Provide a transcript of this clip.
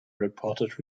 reported